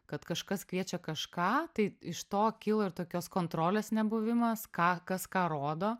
kad kažkas kviečia kažką tai iš to kylo ir tokios kontrolės nebuvimas ką kas ką rodo